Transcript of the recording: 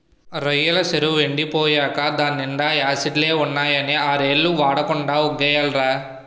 రొయ్యెల సెరువెండి పోయేకా దాన్నీండా యాసిడ్లే ఉన్నాయని ఆర్నెల్లు వాడకుండా వొగ్గియాలిరా